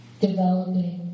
developing